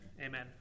amen